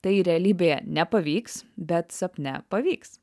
tai realybėje nepavyks bet sapne pavyks